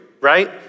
right